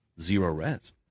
Zero-Res